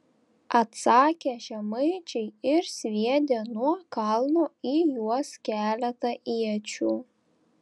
atsakė žemaičiai ir sviedė nuo kalno į juos keletą iečių